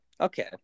Okay